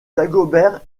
dagobert